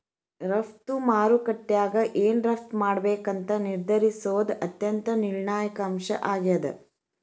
ರಫ್ತು ಮಾರುಕಟ್ಯಾಗ ಏನ್ ರಫ್ತ್ ಮಾಡ್ಬೇಕಂತ ನಿರ್ಧರಿಸೋದ್ ಅತ್ಯಂತ ನಿರ್ಣಾಯಕ ಅಂಶ ಆಗೇದ